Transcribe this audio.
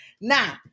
now